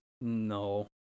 No